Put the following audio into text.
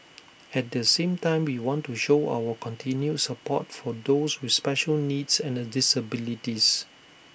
at the same time we want to show our continued support for those with special needs and disabilities